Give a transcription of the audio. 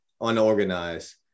unorganized